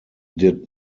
did